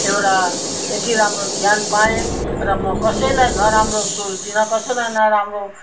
एउटा यति राम्रो ज्ञान पाएँ र मैले कसैलाई नराम्रो सोच्दिनँ कसैलाई नराम्रो